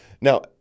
Now